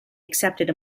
accepted